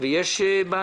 אבל יש בעיות.